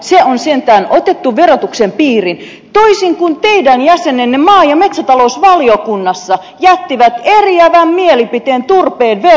se on sentään otettu verotuksen piiriin toisin kuin teidän jäsenenne maa ja metsätalousvaliokunnassa jättivät eriävän mielipiteen turpeen verotuksesta